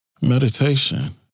Meditation